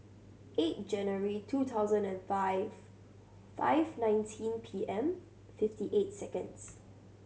eight January two thousand and five five nineteen P M fifty eight seconds